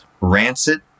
rancid